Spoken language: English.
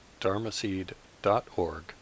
dharmaseed.org